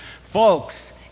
Folks